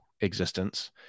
existence